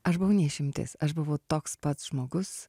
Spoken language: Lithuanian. aš buvau ne išimtis aš buvau toks pats žmogus